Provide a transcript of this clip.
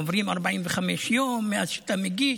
עוברים 45 יום מאז שאתה מגיש.